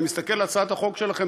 אני מסתכל על הצעת החוק שלכם,